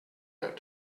out